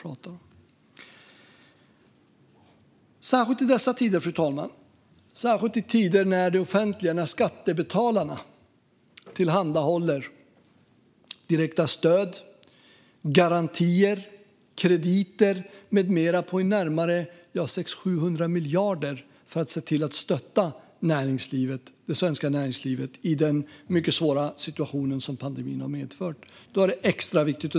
Fru talman! I dessa svåra pandemitider, när det offentliga, skattebetalarna, tillhandahåller direkta stöd, garantier, krediter med mera på 600-700 miljarder till det svenska näringslivet är detta extra viktigt.